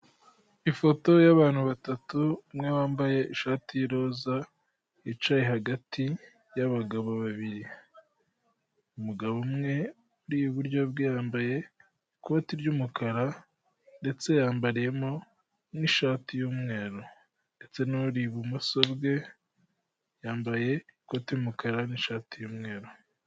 Ifoto ya'bantu batatu umwe wambaye ishati y'iroza yicaye hagati y'abagabo babiri, umugabo umwe uri iburyo bwe yambaye ikoti ry'umukara ndetse yambariyemo n'ishati y'umweru ndetse n'uri ibumoso bwe yambaye ikoti y'umukara n'ishati y'umweru.